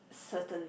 certainly